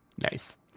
nice